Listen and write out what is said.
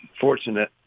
fortunate